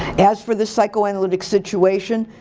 as for the psychoanalytic situation,